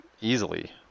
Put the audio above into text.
easily